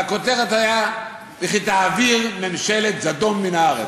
והכותרת הייתה: וכי תעביר ממשלת זדון מן הארץ.